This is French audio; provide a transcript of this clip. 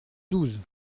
douze